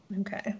okay